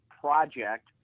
project